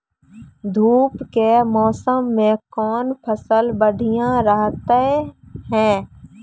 धूप के मौसम मे कौन फसल बढ़िया रहतै हैं?